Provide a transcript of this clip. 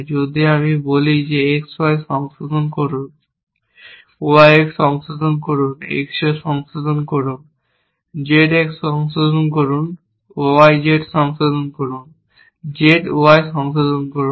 যদি আমি বলি X Y সংশোধন করুন Y X সংশোধন করুন X Z সংশোধন করুন Z X সংশোধন করুন Y Z সংশোধন করুন Z Y সংশোধন করুন